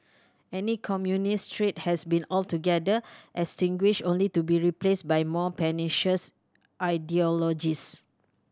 any communist threat has been altogether extinguished only to be replaced by more pernicious ideologies